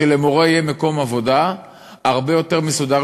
שלמורה יהיה מקום עבודה הרבה יותר מסודר,